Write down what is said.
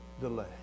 delay